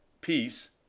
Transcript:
peace